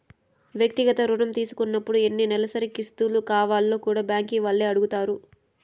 వ్యక్తిగత రుణం తీసుకున్నపుడు ఎన్ని నెలసరి కిస్తులు కావాల్నో కూడా బ్యాంకీ వాల్లే అడగతారు